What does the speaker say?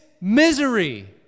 misery